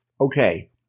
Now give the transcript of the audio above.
okay